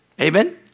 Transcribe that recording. Amen